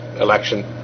election